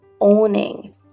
owning